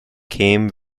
came